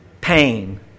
Pain